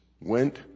went